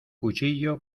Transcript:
cuchillo